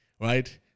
right